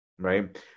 right